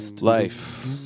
life